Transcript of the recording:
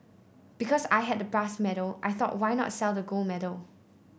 because I had the brass medal I thought why not sell the gold medal